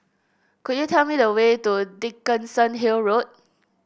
could you tell me the way to Dickenson Hill Road